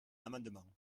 amendement